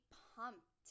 pumped